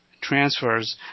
transfers